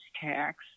tax